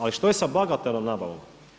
Ali što je sa bagatelnom nabavom?